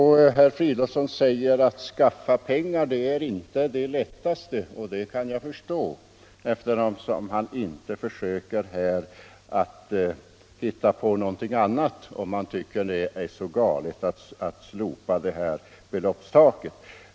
Herr Fridolfsson säger: Att skaffa pengar är inte det lättaste. Det kan jag förstå, eftersom han inte försöker att hitta på någonting annat, om han tycker det är så galet att slopa beloppstaket.